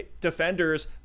defenders